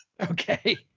Okay